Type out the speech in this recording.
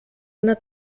una